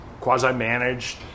quasi-managed